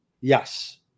Yes